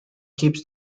keeps